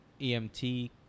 EMT